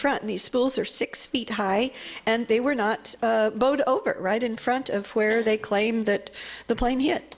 front of these spools are six feet high and they were not bowed over right in front of where they claim that the plane hit